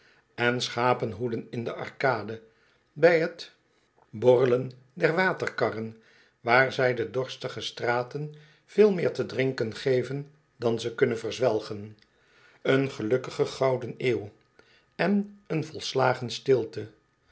en schapen hoeden in den arcade bij t borrelen der waterkarren daar zij de dorstige straten veel meer te drinken geven dan ze kunnen verzwelgen een gelukkige gouden eeuw en een volslagen stilte